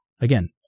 Again